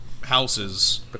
houses